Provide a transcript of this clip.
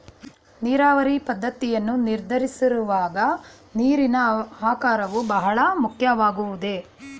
ನೀರಾವರಿ ಪದ್ದತಿಯನ್ನು ನಿರ್ಧರಿಸುವಾಗ ನೀರಿನ ಆಕಾರವು ಬಹಳ ಮುಖ್ಯವಾಗುವುದೇ?